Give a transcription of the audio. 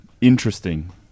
interesting